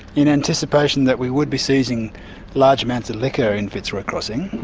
in anticipation that we would be seizing large amounts of liquor in fitzroy crossing,